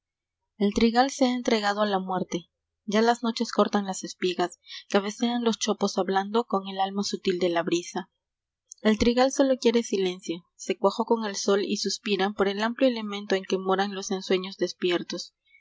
l trigal se ha entregado a la muerte c ya las hoces cortan las espigas cabecean los chopos hablando con el alma sutil de la brisa el trigal sólo quiere silencio se cuajó con el sol y suspira eor el amplio elemento en que moran eos ensueños despiertos